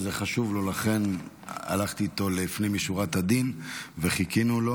לכן הלכתי איתו לפנים משורת הדין וחיכינו לו,